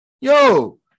Yo